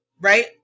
right